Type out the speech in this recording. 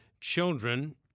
children